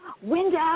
window